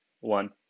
one